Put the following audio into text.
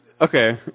Okay